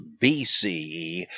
BCE